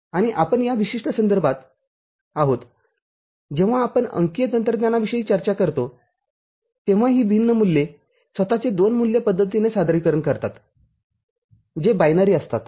आणि आपण या विशिष्ट संदर्भात आहोत जेव्हा आपण अंकीय तंत्रज्ञानाविषयी चर्चा करतो तेव्हा ही भिन्न मूल्ये स्वतःचे २ मूल्य पद्धतीने सादरीकरण करतात जे बायनरी असतात